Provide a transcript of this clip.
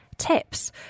Tips